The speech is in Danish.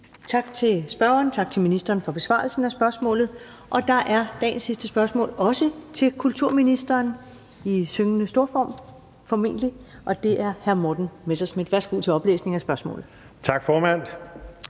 Tak til spørgeren. Tak til ministeren for besvarelsen af spørgsmålet. Dagens sidste spørgsmål er også til kulturministeren – i syngende storform, formentlig – og det er fra hr. Morten Messerschmidt. Kl. 16:46 Spm. nr.